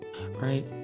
right